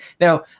Now